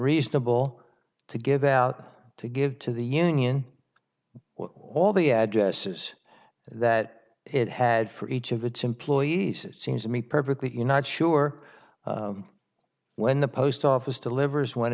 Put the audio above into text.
reasonable to give out to give to the union all the addresses that it had for each of its employees it seems to me perfectly you not sure when the post office delivers when